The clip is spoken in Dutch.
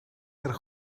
erg